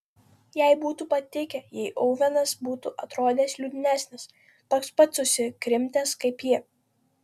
jai būtų patikę jei ovenas būtų atrodęs liūdnesnis toks pat susikrimtęs kaip ji